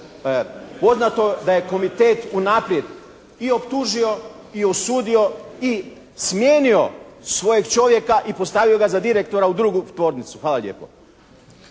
Poznato da je komitet unaprijed i optužio i osudio i smijenio svojeg čovjeka i postavio ga za direktora u drugu tvornicu. Hvala lijepo.